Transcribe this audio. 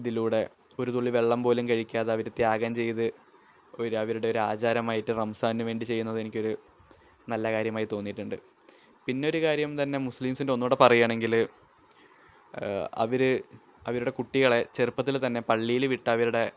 ഇതിലൂടെ ഒരു തുള്ളി വെള്ളം പോലും കഴിക്കാതെ അവര് ത്യാഗം ചെയ്ത് ഒരു അവരുടെയൊരു ആചാരമായിട്ട് റംസാനു വേണ്ടി ചെയ്യുന്നത് എനിക്കൊരു നല്ല കാര്യമായി തോന്നിയിട്ടുണ്ട് പിന്നെ ഒരു കാര്യം തന്നെ മുസ്ലിംസിൻ്റെ ഒന്നുകൂടെ പറയാണെങ്കില് അവര് അവരുടെ കുട്ടികളെ ചെറുപ്പത്തില് തന്നെ പള്ളിയില് വിട്ട് അവരുടെ